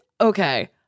okay